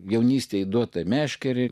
jaunystėje duoti meškerę